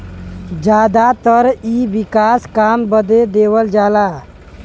जादातर इ विकास काम बदे देवल जाला